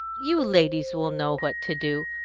you ladies will know what to do.